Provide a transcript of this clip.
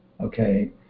okay